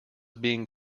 being